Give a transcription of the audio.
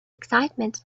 excitement